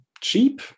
cheap